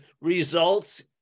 results